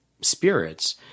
spirits